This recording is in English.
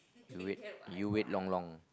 you wait you wait long long